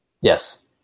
Yes